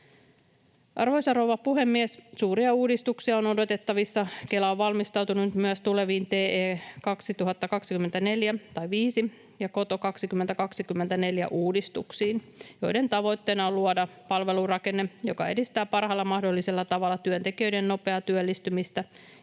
Arvoisa rouva puhemies! Suuria uudistuksia on odotettavissa. Kela on valmistautunut myös tuleviin TE 2024- — tai 2025- — ja KOTO 2024 -uudistuksiin, joiden tavoitteena on luoda palvelurakenne, joka edistää parhaalla mahdollisella tavalla työntekijöiden nopeaa työllistymistä ja